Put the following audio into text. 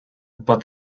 but